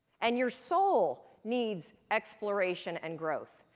and your soul needs exploration and growth.